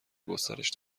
گسترش